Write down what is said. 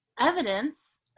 evidence